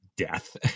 Death